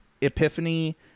epiphany